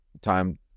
time